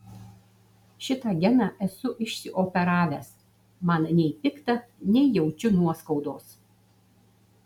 šitą geną esu išsioperavęs man nei pikta nei jaučiu nuoskaudos